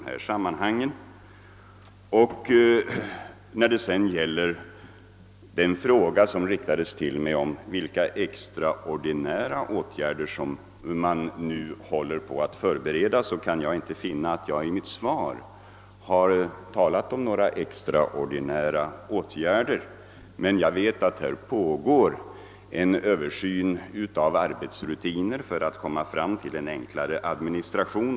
Här har också riktats en fråga till mig om vilka extraordinära åtgärder som man nu håller på att förbereda. Jag har i mitt svar inte talat om några extraordinära åtgärder, men jag vet att det pågår en Översyn av arbetsrutinerna för att man skall kunna komma fram till en enklare administration.